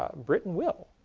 ah britain will.